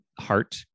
Heart